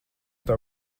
tev